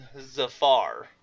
Zafar